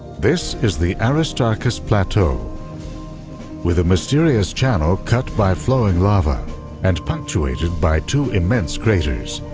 this is the aristarchus plateau with a mysterious channel cut by flowing lava and punctuated by two immense craters.